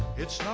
it's